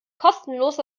kostenlos